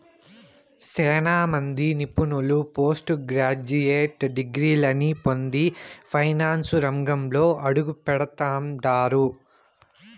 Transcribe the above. సేనా మంది నిపుణులు పోస్టు గ్రాడ్యుయేట్ డిగ్రీలని పొంది ఫైనాన్సు రంగంలో అడుగుపెడతండారు